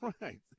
Right